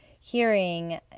hearing